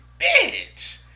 bitch